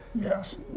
Yes